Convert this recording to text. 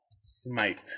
Smite